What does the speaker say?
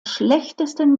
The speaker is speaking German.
schlechtesten